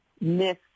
miss